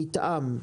זה מתואם.